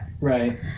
Right